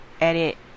edit